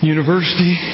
University